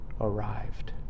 arrived